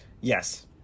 Yes